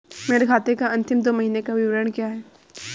मेरे खाते का अंतिम दो महीने का विवरण क्या है?